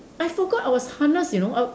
I forgot I was harnessed you know I